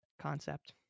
concept